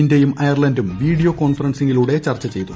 ഇന്ത്യയും അയർലൻഡും വീഡിയോ കോൺഫറൻസിംഗിലൂടെ ചർച്ച ചെയ്തു